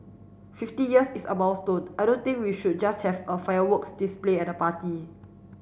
fifty years is a milestone I don't think we should just have a fireworks display and a party